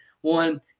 One